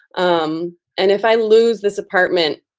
um and if i lose this apartment,